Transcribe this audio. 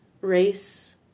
race